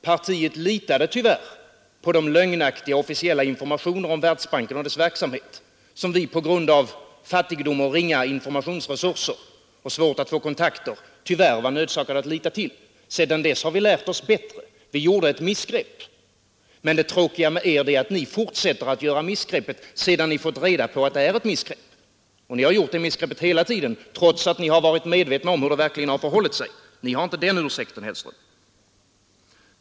Partiet litade på de lögnaktiga officiella informationer om Världsbanken och dess verksamhet som vi på grund av fattigdom, ringa informationsresurser och svaga kontaktkanaler tyvärr var nödsakade att lita till. Sedan dess har vi lärt oss bättre! Vi gjorde ett missgrepp. Det tråkiga med det är att ni fortsätter att göra missgreppet sedan ni fått reda på att det är ett missgrepp. Ni har gjort det missgreppet hela tiden trots att ni har varit medvetna om hur det verkligen har förhållit sig. Ni har inte den ursäkten, herr Hellström.